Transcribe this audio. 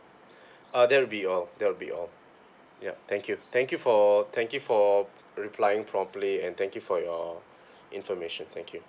uh there will be all there will be all yup thank you thank you for thank you for replying properly and thank you for your information thank you